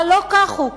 אבל לא כך הוא.